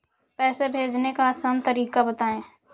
पैसे भेजने का आसान तरीका बताए?